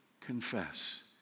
confess